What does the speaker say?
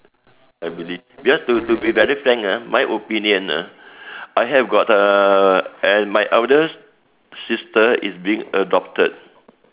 I believe because to to be very frank ah my opinion ah I have got a an my eldest sister is being adopted